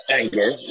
anger